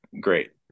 great